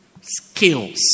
skills